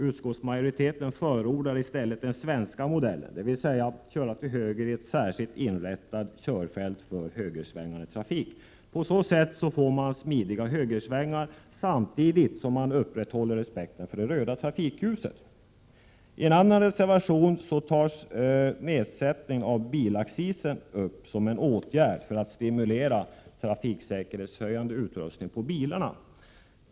Utskottsmajoriteten förordar i stället den svenska modellen, dvs. att man skall köra till höger i ett särskilt inrättat körfält för högersvängande trafik. På så sätt får man smidiga högersvängar samtidigt som man upprätthåller respekten för det röda trafikljuset. I en annan reservation tas nedsättning av bilaccisen upp som en åtgärd för att stimulera trafiksäkerhetshöjande utrustning på bilarna.